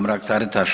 Mrak-Taritaš.